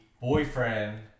boyfriend